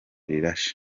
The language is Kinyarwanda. rirashe